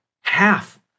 Half